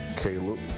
Caleb